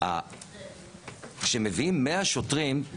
כשמביאים 100 שוטרים,